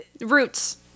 roots